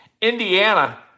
Indiana